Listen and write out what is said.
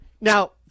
now